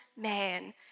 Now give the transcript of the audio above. man